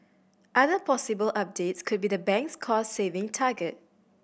other possible updates could be the bank's cost saving target